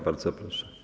Bardzo proszę.